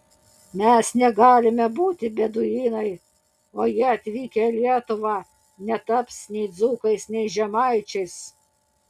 mes negalime būti beduinai o jie atvykę į lietuvą netaps nei dzūkais nei žemaičiais